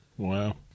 Wow